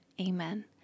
Amen